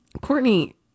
Courtney